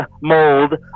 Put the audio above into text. mold